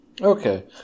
Okay